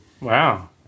Wow